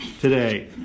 today